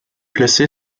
placé